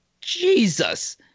Jesus